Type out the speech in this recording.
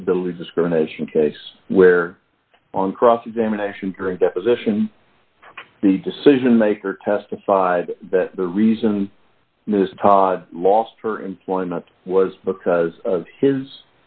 disability discrimination case where on cross examination during deposition the decision maker testified that the reason mr todd lost her employment was because of his